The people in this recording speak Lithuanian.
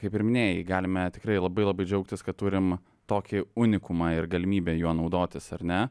kaip ir minėjai galime tikrai labai labai džiaugtis kad turim tokį unikumą ir galimybę juo naudotis ar ne